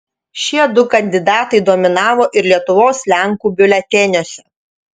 šie du kandidatai dominavo ir lietuvos lenkų biuleteniuose